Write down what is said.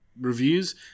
reviews